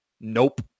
Nope